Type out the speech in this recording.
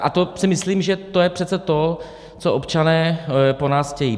A to si myslím, že to je přece to, co občané po nás chtějí.